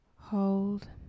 Hold